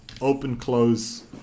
open-close